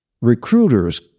Recruiters